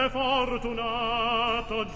fortunato